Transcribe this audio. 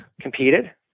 competed